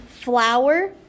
flour